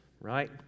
right